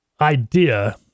idea